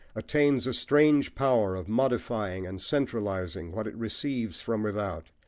attains a strange power of modifying and centralising what it receives from without,